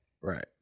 Right